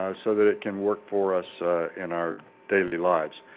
ah so that it can work for us in our daily lives.